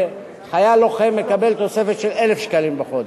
וחייל לוחם מקבל תוספת של 1,000 שקלים בחודש.